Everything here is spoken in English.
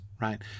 right